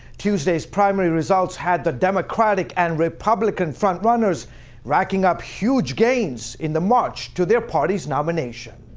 tuesday's primary results had the democratic and republican front-runners racking up huge gains in the march to their parties' nominations.